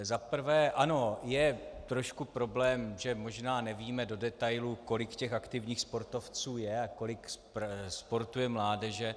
Za prvé ano, je trošku problém, že možná nevíme do detailů, kolik těch aktivních sportovců je a kolik sportuje mládeže.